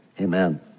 Amen